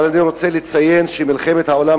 אבל אני רוצה לציין שמלחמת העולם